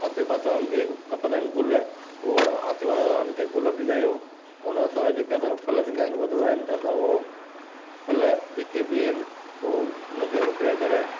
आसे पासे वारनि खे खपंदा आहिनि गुल त हूअ आसे पासे वारननि खे गुल बि ॾींदा आहियूं उनखे सवाइ जेके असां फल थींदा आहिनि वधंदा आहिनि त असां हो फल जेके बि आहिनि उहो उनखे विकिणी करे